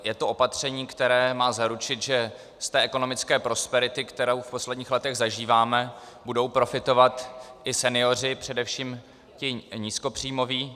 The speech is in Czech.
Je to opatření, které má zaručit, že z ekonomické prosperity, kterou v posledních letech zažíváme, budou profitovat i senioři, především ti nízkopříjmoví.